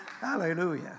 Hallelujah